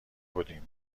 بودیم